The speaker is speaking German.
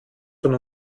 von